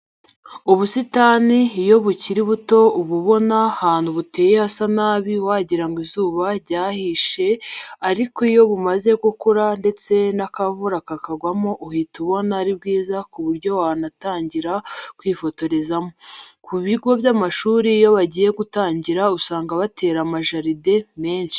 Ubusitani iyo bukiri butoya uba ubona ahantu buteye hasa nabi wagira ngo izuba ryahishe ariko iyo bumaze gukura ndetse n'akavura kakagwamo uhita ubona ari bwiza ku buryo wanatangira kubwifotorezamo. Ku bigo by'amashuri iyo bagiye gutangira usanga batera amajaride menshi.